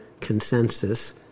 consensus